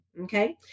okay